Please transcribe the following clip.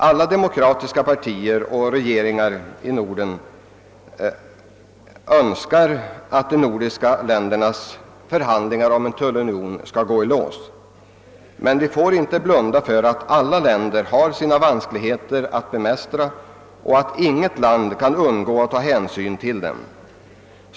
Alla demokratiska partier och regeringarna i de nordiska länderna önskar att förhandlingarna om en tullunion skall gå i lås. Men vi får inte blunda för att alla länder har sina svårigheter att bemästra och att inget land kan underlåta att ta hänsyn till dessa.